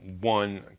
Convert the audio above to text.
one